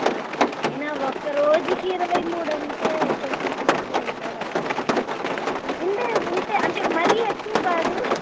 అయినా ఒక్క రోజుకి ఇరవై మూడంటే కొంచెం చూసుకోండి సార్ ఉండేవు ఉంటే అంటే మరీ ఎక్కువ కాదు